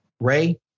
Ray